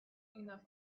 enough